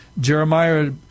Jeremiah